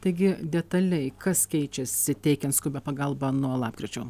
taigi detaliai kas keičiasi teikiant skubią pagalbą nuo lapkričio